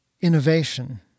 innovation